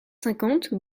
cinquante